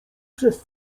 przez